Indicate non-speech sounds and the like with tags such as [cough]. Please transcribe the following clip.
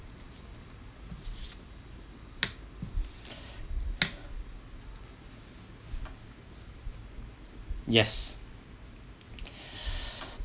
[breath] yes [breath]